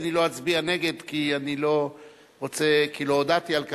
אני לא אצביע נגד כי לא הודעתי על כך,